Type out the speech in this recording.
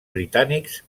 britànics